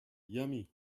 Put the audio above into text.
yummy